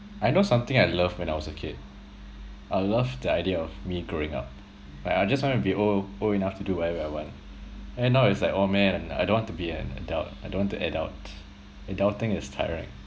I know something I loved when I was a kid I loved the idea of me growing up like I just want to be old old enough to do whatever I want and then now it's like oh man I don't want to be an adult I don't want to adult adulting is tiring